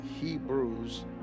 Hebrews